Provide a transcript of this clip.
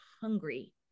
hungry